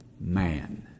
man